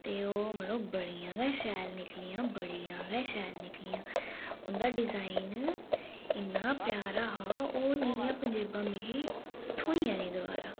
ते ओह् मड़ो बड़ियां गै शैल निकलियां बड़ियां गै शैल निकलियां उं'दा डिज़ाइन इन्ना प्यारा हा ओह् नेहियां पंजेबां मिगी थ्होइयां नीं दबारा